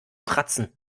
kratzen